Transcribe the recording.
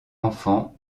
enfant